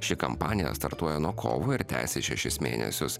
ši kampanija startuoja nuo kovo ir tęsę šešis mėnesius